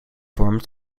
formed